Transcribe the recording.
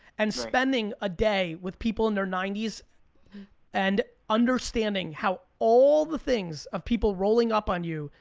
and spending a day, with people in their ninety s and understanding how all the things of people rolling up on you,